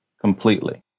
completely